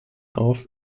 auf